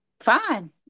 fine